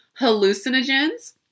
Hallucinogens